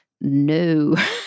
No